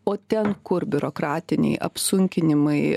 o ten kur biurokratiniai apsunkinimai